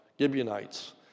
Gibeonites